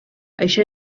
això